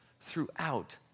throughout